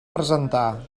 presentar